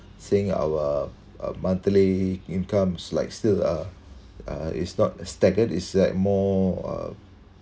saying our uh monthly incomes like still uh uh is not as staggered is like more uh